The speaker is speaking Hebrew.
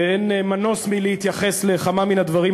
ואין מנוס מלהתייחס לכמה מן הדברים,